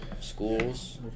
schools